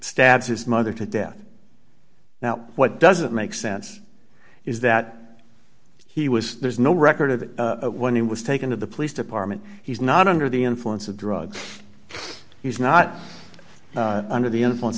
stabs his mother to death now what doesn't make sense is that he was there's no record of that when he was taken to the police department he's not under the influence of drugs he's not under the influence